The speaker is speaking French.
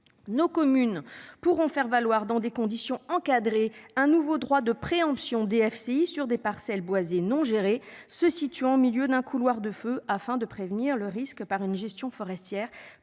Nos communes pourront faire valoir dans des conditions encadrées, un nouveau droit de préemption DFCI sur des parcelles boisées non. Se situant au milieu d'un couloir de feu afin de prévenir le risque par une gestion forestière plus